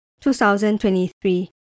2023